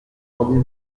rendez